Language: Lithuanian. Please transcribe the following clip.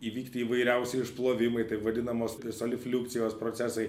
įvykti įvairiausi išplovimai taip vadinamos solifliukcijos procesai